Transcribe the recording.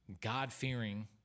God-fearing